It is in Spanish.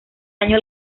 año